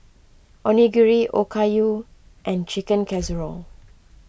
Onigiri Okayu and Chicken Casserole